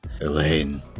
Elaine